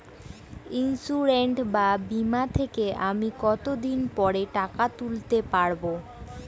Insurance বা বিমা থেকে আমি কত দিন পরে টাকা তুলতে পারব?